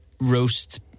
roast